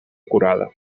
acurada